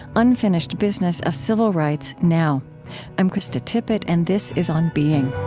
unfinished business of civil rights now i'm krista tippett and this is on being